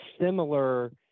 similar